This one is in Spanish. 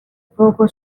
poco